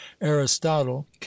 aristotle